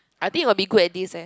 I think will be good at this eh